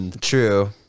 true